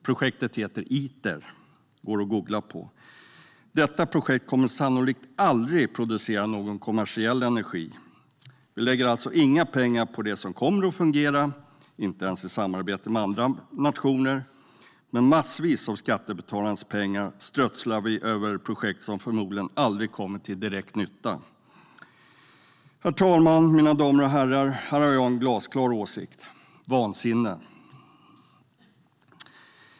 Projektet heter Iter - det går att googla på. Detta projekt kommer sannolikt aldrig att producera någon kommersiell energi. Vi lägger alltså inga pengar på det som kommer att fungera, inte ens i samarbete med andra nationer, men massvis av skattebetalarnas pengar strösslar vi över ett projekt som förmodligen aldrig kommer till direkt nytta. Herr ålderspresident, mina damer och herrar! Här har jag en glasklar åsikt: Det är vansinne.